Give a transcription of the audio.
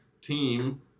team